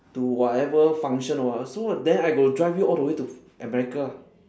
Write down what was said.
to whatever function or what so then I got to drive you all the way to america ah